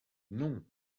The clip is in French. non